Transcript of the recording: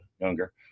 younger